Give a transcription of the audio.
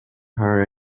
hire